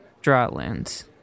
Drylands